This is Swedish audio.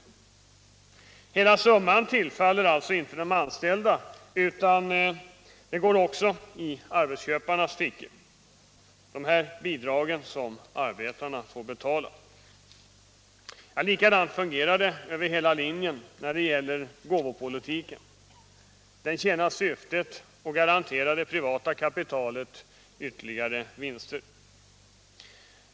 Hela summan av dessa bidrag som de arbetande får betala tillfaller alltså inte de anställda utan går också i arbetsköparnas fickor. Likadant fungerar det över hela linjen när det gäller gåvopolitiken. Den tjänar syftet att garantera det privata kapitalets ytterligare vinster.